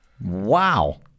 wow